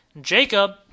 Jacob